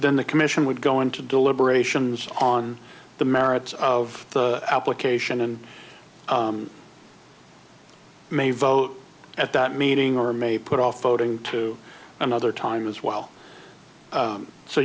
then the commission would go into deliberations on the merits of the application and may vote at that meeting or may put off voting to another time as well